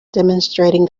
demonstrating